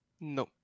No